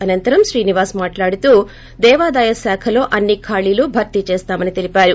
అనంతరం శ్రీనివాస్ మాట్లాడుతూ దేవాదాయశాఖలో అన్ని ఖాళీలు భర్తీ చేస్తామని తెలిపారు